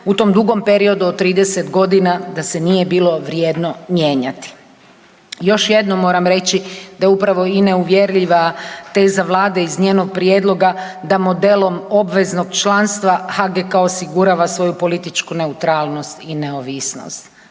u tom dugom periodu od 30 godina da se nije bilo vrijedno mijenjati. Još jednom moram reći da upravo i neuvjerljiva teza Vlade iz njenog prijedloga da modelom obveznog članstva HGK osigurava svoju političku neutralnost i neovisnost.